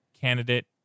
candidate